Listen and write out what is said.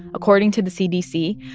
according to the cdc,